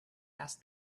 asked